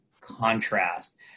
Contrast